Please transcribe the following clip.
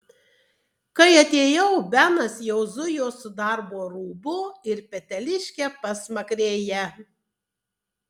kai atėjau benas jau zujo su darbo rūbu ir peteliške pasmakrėje